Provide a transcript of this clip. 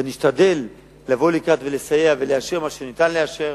ונשתדל לבוא לקראת ולסייע ולאשר מה שניתן לאשר,